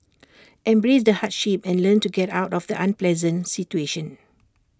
embrace the hardship and learn to get out of the unpleasant situation